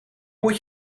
moet